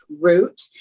route